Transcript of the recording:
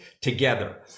together